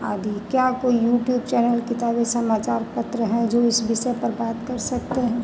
आदि क्या कोई यूट्यूब चैनल किताबें समाचार पत्र हैं जो इस विषय पर बात कर सकते हैं